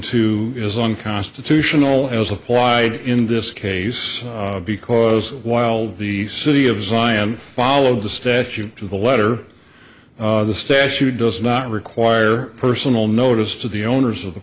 two is unconstitutional as applied in this case because while the city of zion followed the statute to the letter the statute does not require personal notice to the owners of the